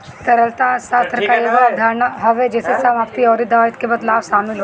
तरलता अर्थशास्त्र कअ एगो अवधारणा हवे जेसे समाप्ति अउरी दायित्व के बदलाव शामिल होला